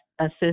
assist